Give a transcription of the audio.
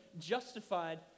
justified